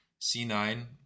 C9